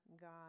God